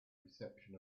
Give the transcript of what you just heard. reception